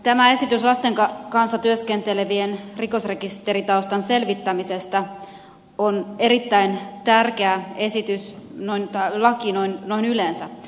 tämä esitys lasten kanssa työskentelevien rikosrekisteritaustan selvittämisestä on erittäin tärkeä laki noin yleensä